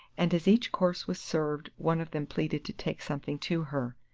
and as each course was served one of them pleaded to take something to her.